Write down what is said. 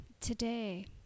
today